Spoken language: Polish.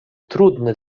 trudne